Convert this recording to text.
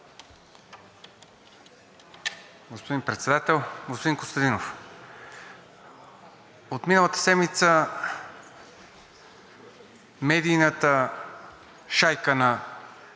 Господин Председател! Господин Костадинов, от миналата седмица медийната шайка на